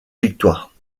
victoire